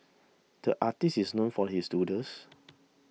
the artist is known for his doodles